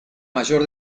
mayor